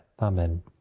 Amen